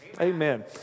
Amen